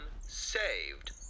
saved